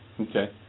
Okay